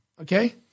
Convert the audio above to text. okay